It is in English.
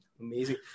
amazing